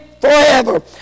forever